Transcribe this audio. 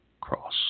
cross